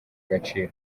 agaciro